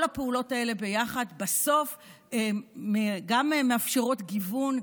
כל הפעולות האלה ביחד בסוף גם מאפשרות גיוון,